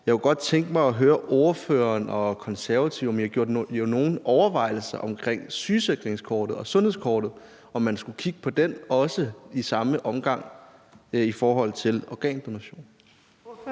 Jeg kunne godt tænke mig at høre ordføreren og Konservative, om I har gjort jer nogen overvejelser omkring sundhedskortet, altså om man skulle kigge på det også i samme omgang i forhold til organdonation?